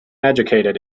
educated